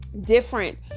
different